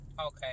Okay